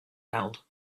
held